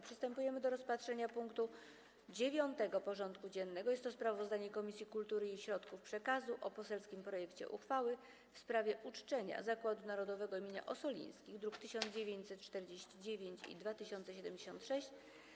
Przystępujemy do rozpatrzenia punktu 9. porządku dziennego: Sprawozdanie Komisji Kultury i Środków Przekazu o poselskim projekcie uchwały w sprawie uczczenia Zakładu Narodowego im. Ossolińskich (druki nr 1949 i 2076)